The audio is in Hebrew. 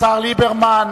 השר ליברמן,